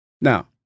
Now